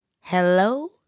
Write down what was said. Hello